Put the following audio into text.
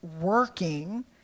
working